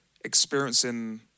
experiencing